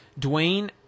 Dwayne